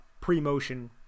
pre-motion